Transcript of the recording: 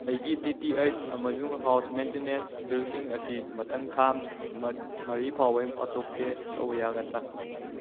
ꯑꯩꯒꯤ D T H ꯑꯃꯁꯨꯡ house maintenance ꯕꯤꯜꯁꯤꯡ ꯑꯁꯤ ꯃꯊꯪ ꯊꯥ ꯃꯔꯤ ꯐꯥꯎꯕꯒꯤ ꯑꯣꯇꯣ ꯄꯦ ꯇꯧꯕ ꯌꯥꯒꯗ꯭ꯔꯥ